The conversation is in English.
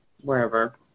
wherever